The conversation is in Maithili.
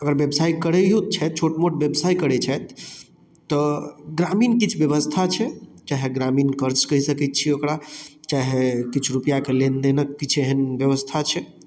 अगर व्यवसाय करै छथि छोट मोट व्यवसाय करे छथि तऽ ग्रामीण किछु व्यवस्था छै चाहे ग्रामीण कर्ज कहि सकै छियै ओकरा चाहे किछु रूपैआ के लेनदेन के किछु एहन व्यवस्था छै